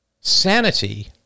sanity